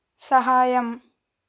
సహాయం